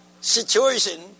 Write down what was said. situation